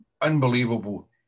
unbelievable